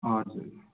हजुर